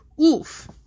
oof